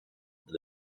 the